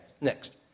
next